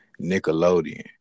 Nickelodeon